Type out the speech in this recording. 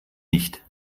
nicht